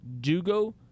Dugo